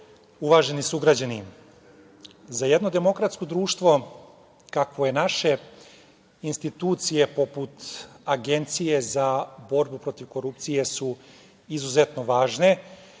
uvaženi sugrađani, za jedno demokratsko društvo, kakvo je naše, institucije poput Agencije za borbu protiv korupcije su izuzetno važne,